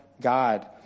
God